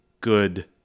good